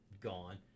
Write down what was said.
gone